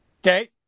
Okay